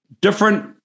Different